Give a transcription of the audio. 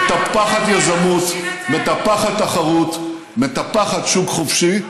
שמטפחת יזמות, מטפחת תחרות, מטפחת שוק חופשי.